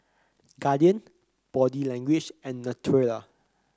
Guardian Body Language and Naturel